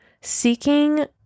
Seeking